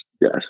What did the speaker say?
yes